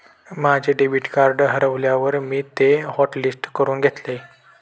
माझे debit card हरवल्यावर मी ते हॉटलिस्ट करून घेतले